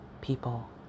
people